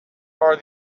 are